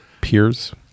peers